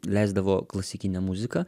leisdavo klasikinę muziką